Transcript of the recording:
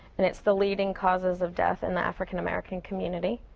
and it's the leading causes of death in the african american community.